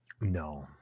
no